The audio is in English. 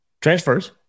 transfers